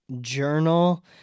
journal